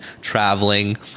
traveling